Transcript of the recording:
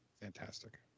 Fantastic